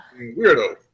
weirdo